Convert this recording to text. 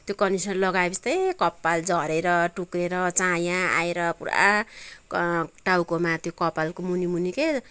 त्यो कन्डिसनर लगाएपछि त ए कपाल झरेर टुक्रिएर चाया आएर पुरा टाउकोमा त्यो कपालको मुनि मुनि के